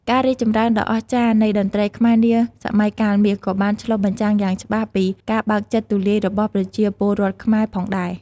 ការរីកចម្រើនដ៏អស្ចារ្យនៃតន្ត្រីខ្មែរនាសម័យកាលមាស ក៏បានឆ្លុះបញ្ចាំងយ៉ាងច្បាស់ពី ការបើកចិត្តទូលាយរបស់ប្រជាពលរដ្ឋខ្មែរ ផងដែរ។